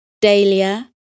Dahlia